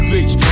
Beach